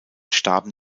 starben